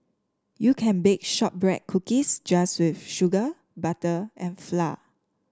you can bake shortbread cookies just with sugar butter and flour